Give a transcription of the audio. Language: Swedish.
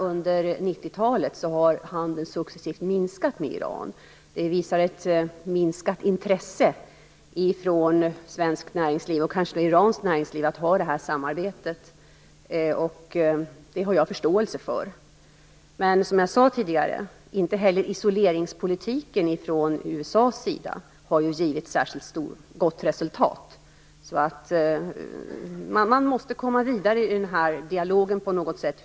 Under 90-talet har handeln med Iran minskat successivt. Man visar ett minskat intresse från svenskt näringsliv och kanske också från iranskt näringsliv att ha det här samarbetet. Det har jag förståelse för. Men som jag sade tidigare har inte heller isoleringspolitiken från USA:s sida givit särskilt gott resultat, så man måste komma vidare i dialogen.